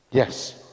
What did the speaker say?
Yes